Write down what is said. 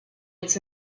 its